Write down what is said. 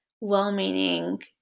well-meaning